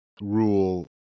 rule